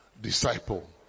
disciple